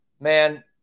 man –